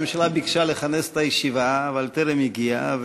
הממשלה ביקשה לכנס את הישיבה אבל טרם הגיעה,